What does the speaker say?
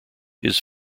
his